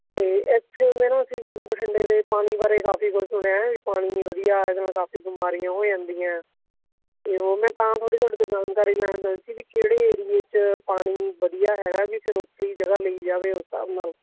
ਅਤੇ ਇੱਥੇ ਜਿਹੜਾ ਨਾ ਅਸੀਂ ਮਤਲਬ ਬਠਿੰਡੇ ਦੇ ਪਾਣੀ ਬਾਰੇ ਕਾਫੀ ਕੁਛ ਸੁਣਿਆ ਹੈ ਵੀ ਪਾਣੀ ਨਹੀਂ ਵਧੀਆ ਇਹਦੇ ਨਾਲ ਕਾਫੀ ਬਿਮਾਰੀਆਂ ਹੋ ਜਾਂਦੀਆਂ ਅਤੇ ਉਹ ਮੈਂ ਤਾਂ ਥੋੜ੍ਹੀ ਤੁਹਾਡੇ ਤੋਂ ਜਾਣਕਾਰੀ ਲੈਣਾ ਚਾਹੁੰਦੀ ਸੀ ਵੀ ਕਿਹੜੇ ਏਰੀਏ 'ਚ ਪਾਣੀ ਵਧੀਆ ਹੈਗਾ ਵੀ ਫਿਰ ਉੱਥੇ ਹੀ ਜਗ੍ਹਾ ਲਈ ਜਾਵੇ ਉਸ ਹਿਸਾਬ ਨਾਲ